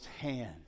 hand